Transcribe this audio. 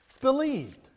believed